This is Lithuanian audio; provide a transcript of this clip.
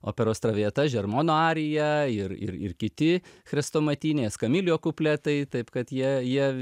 operos traviata žermono arija ir ir ir kiti chrestomatinės kamilio kupletai taip kad jie jie